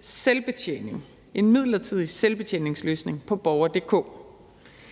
selvbetjening, en midlertidig selvbetjeningsløsning på www.borger.dk.